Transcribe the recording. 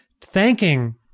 thanking